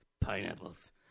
pineapples